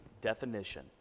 Definition